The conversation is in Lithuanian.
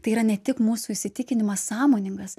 tai yra ne tik mūsų įsitikinimas sąmoningas